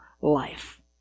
life